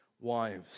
wives